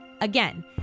Again